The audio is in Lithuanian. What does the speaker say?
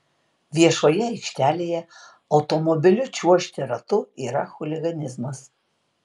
viešoje aikštelėje automobiliu čiuožti ratu yra chuliganizmas